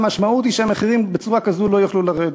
והמשמעות היא שבצורה כזאת המחירים לא יוכלו לרדת.